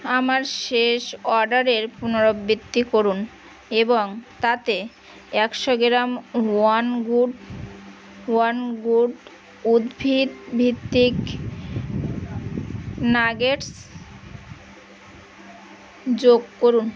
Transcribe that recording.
আমার শেষ অর্ডারের পুনরাবৃত্তি করুন এবং তাতে একশো gram one good one good উদ্ভিদ ভিত্তিক নাগেটস যোগ করুন